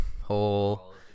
whole